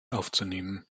aufzunehmen